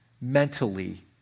mentally